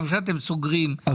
גם כשאתם סוגרים,